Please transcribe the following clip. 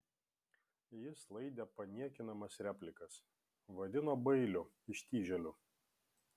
jis laidė paniekinamas replikas vadino bailiu ištižėliu